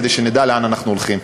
כדי שנדע לאן אנחנו הולכים.